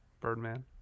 Birdman